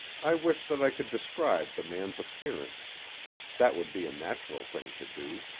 i wish that i could describe the man's appearance that would be a natural thing to do.